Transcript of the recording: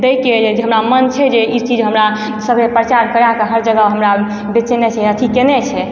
दैके हमरा मन छै जे ई चीज हमरा सगरे प्रचार करा कऽ हर जगह हमरा बेचनाइ छै अथि केनाइ छै